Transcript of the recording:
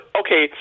okay